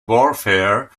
warfare